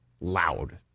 loud